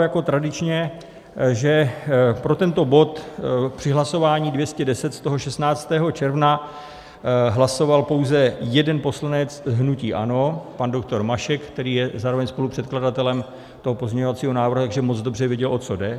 Jako tradičně, že pro tento bod při hlasování 210 z toho 16. června 2020 hlasoval pouze jeden poslanec hnutí ANO, pan doktor Mašek, který je zároveň spolupředkladatelem toho pozměňovacího návrhu, takže moc dobře věděl, o co jde.